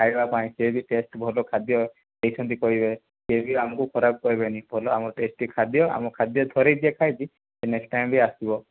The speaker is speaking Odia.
ଖାଇବା ପାଇଁ ସିଏ ବି ଟେଷ୍ଟ ଭଲ ଖାଦ୍ୟ ଖାଇଛନ୍ତି କହିବେ ସିଏ ବି ଆମକୁ ଖରାପ କହିବେନି ଭଲ ଆମ ଟେଷ୍ଟି ଖାଦ୍ୟ ଆମ ଖାଦ୍ୟ ଥରେ ଯିଏ ଖାଇଛି ସେ ନେକ୍ସଟ ଟାଇମ୍ ବି ଆସିବ